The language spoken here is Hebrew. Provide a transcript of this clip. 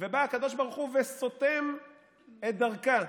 ובא הקדוש ברוך הוא וסותם את דרכה.